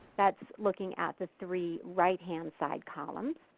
thats looking at the three right-hand side columns,